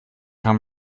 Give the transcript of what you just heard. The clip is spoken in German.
haben